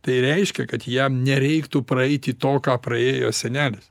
tai reiškia kad jam nereiktų praeiti to ką praėjo senelis